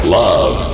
love